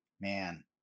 man